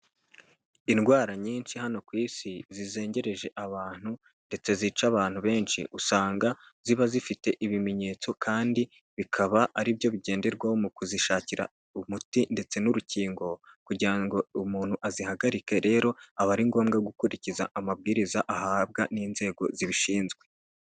Indwara nyinshi hano ku isi zizengereje abantu ndetse zica abantu benshi, usanga ziba zifite ibimenyetso kandi bikaba ari byo bigenderwaho mu kuzishakira umuti ndetse n'urukingo, kugira ngo umuntu azihagarike rero, aba ari ngombwa gukurikiza amabwiriza ahabwa n'inzego zibishinzwe.